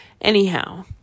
Anyhow